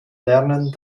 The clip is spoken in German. lernen